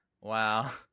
wow